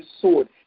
sword